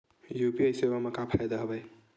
UPI सेवा मा का फ़ायदा हवे?